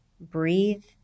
breathe